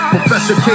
Professor